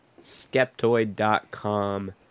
Skeptoid.com